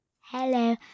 Hello